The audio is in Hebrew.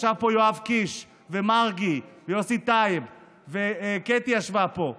ישבו פה יואב קיש ומרגי ויוסי טייב וקטי ישבה פה,